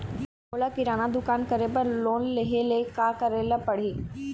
मोला किराना दुकान करे बर लोन लेहेले का करेले पड़ही?